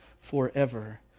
forever